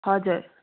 हजुर